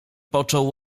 począł